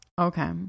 Okay